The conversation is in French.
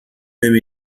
même